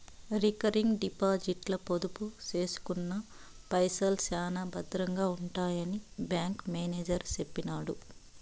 recurring డిపాజిట్ల పొదుపు సేసుకున్న పైసల్ శానా బద్రంగా ఉంటాయని బ్యాంకు మేనేజరు సెప్పినాడు